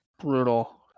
Brutal